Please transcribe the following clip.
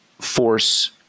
force